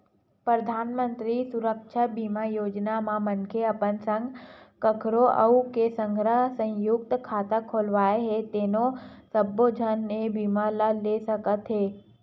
परधानमंतरी सुरक्छा बीमा योजना म मनखे अपन संग कखरो अउ के संघरा संयुक्त खाता खोलवाए हे तेनो सब्बो झन ए बीमा ल ले सकत हे